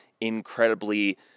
incredibly